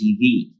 TV